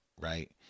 right